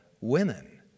women